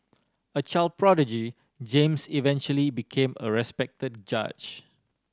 a child prodigy James eventually became a respected judge